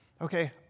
okay